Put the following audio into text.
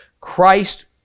Christ